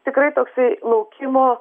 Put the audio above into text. tikrai toksai laukimo